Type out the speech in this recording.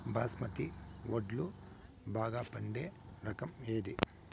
బాస్మతి వడ్లు బాగా పండే రకం ఏది